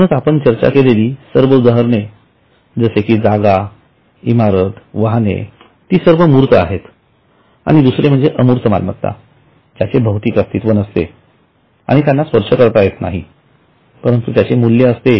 म्हणूनच आपण चर्चा केलेली सर्व उदाहरणे जसे कि जागा इमारत वाहने ती सर्व मूर्त आहेत आणि दुसरे म्हणजे अमूर्त मालमत्ता ज्यांचे भौतिक अस्तित्व नसते आणि त्यांना स्पर्श करता येत नाही परंतु त्यांचे मूल्य असते